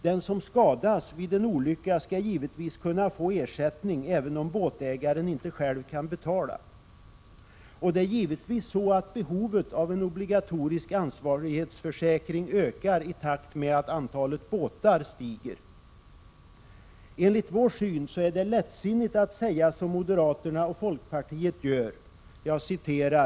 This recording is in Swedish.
Den som skadas vid en olycka skall givetvis kunna få ersättning även om båtägaren inte själv kan betala. Dessutom är det självfallet så att behovet av en obligatorisk ansvarsförsäkring ökar i takt med att antalet båtar ökar. Enligt vår syn är det lättsinnigt att säga som moderaterna och folkpartiet gör i det här avseendet i sin reservation.